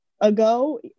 ago